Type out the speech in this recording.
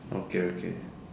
okay okay